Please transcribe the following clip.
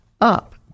up